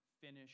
finish